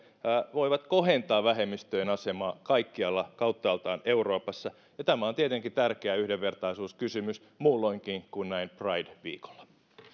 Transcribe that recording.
voivat kohentaa vähemmistöjen asemaa kaikkialla kauttaaltaan euroopassa ja tämä on tietenkin tärkeä yhdenvertaisuuskysymys muulloinkin kuin näin pride viikolla